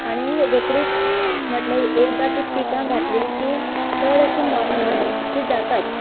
आनी रोखडीच म्हटल्यार एकदां ती पिकां घातली की चड अशी मरनात ती जाताच